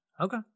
Okay